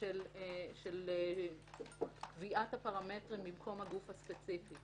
של קביעת הפרמטרים במקום הגוף הספציפי.